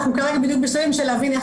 אנחנו כרגע בדיוק בשלבים להבין איך